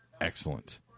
excellent